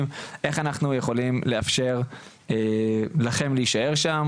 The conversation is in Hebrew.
כיצד אנחנו יכולים לאפשר לכם להישאר שם.